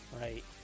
right